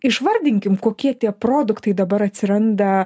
išvardinkim kokie tie produktai dabar atsiranda